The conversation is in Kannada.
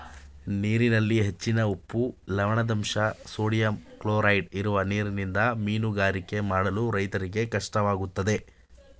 ನೀರಿನಲ್ಲಿ ಹೆಚ್ಚಿನ ಉಪ್ಪು, ಲವಣದಂಶ, ಸೋಡಿಯಂ ಕ್ಲೋರೈಡ್ ಇರುವ ನೀರಿನಿಂದ ಮೀನುಗಾರಿಕೆ ಮಾಡಲು ರೈತರಿಗೆ ಕಷ್ಟವಾಗುತ್ತದೆ